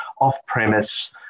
off-premise